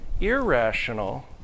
irrational